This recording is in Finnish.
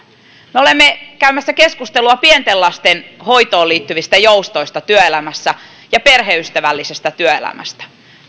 me olemme käymässä keskustelua pienten lasten hoitoon liittyvistä joustoista työelämässä ja perheystävällisestä työelämästä